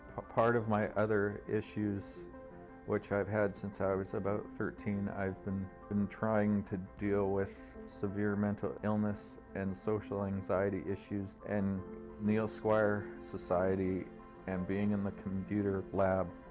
a part of my other issues which i've had since i was about thirteen, i've been been trying to deal with severe mental illness and social anxiety issues and neil squire society and being in the computer lab,